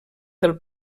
del